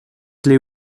clay